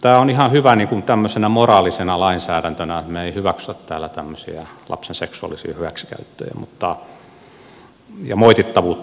tämä on ihan hyvä tämmöisenä moraalisena lainsäädäntönä että me emme hyväksy täällä tämmöisiä lapsen seksuaalisia hyväksikäyttöjä ja tämä osoittaa teon moitittavuutta